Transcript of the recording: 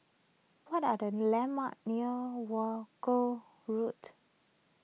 what are the landmarks near Wolskel Road